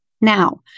Now